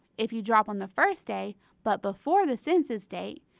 if you drop on the first day but before the census date,